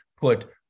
put